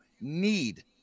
need